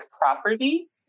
property